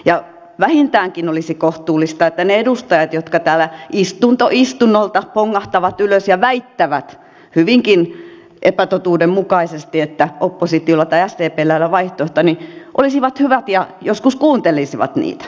ja vähintäänkin olisi kohtuullista että ne edustajat jotka täällä istunto istunnolta pongahtavat ylös ja väittävät hyvinkin epätotuudenmukaisesti että oppositiolla tai sdpllä ei ole vaihtoehtoja olisivat hyvät ja joskus kuuntelisivat niitä